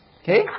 Okay